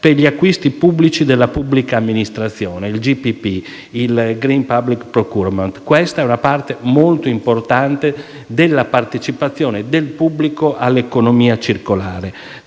per gli acquisti pubblici della pubblica amministrazione, e poi del GPP, il *green public procurement* che è una parte molto importante della partecipazione del pubblico all'economia circolare.